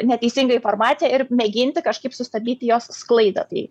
neteisinga informacija ir mėginti kažkaip sustabdyti jos sklaidą tai